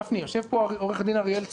גפני, יושב פה עו"ד אריאל צבי.